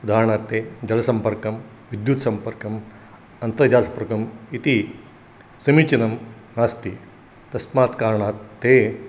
उदाहरणार्थं जलसम्पर्कं विद्युज्जालसम्पर्कं अन्तर्जालसम्पर्कम् इति समीचिनं नास्ति तस्मात् कारणात् ते